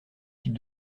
types